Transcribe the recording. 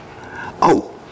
Oh